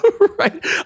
Right